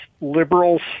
liberals